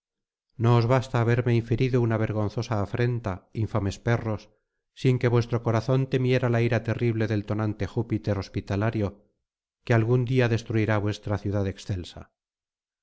os basta haberme inferido una vergonzosa afrenta infames perros sin que vuestro corazón temiera la ira terrible del tonante júpiter hospitalario que algún día destruirá vuestra ciudad excelsa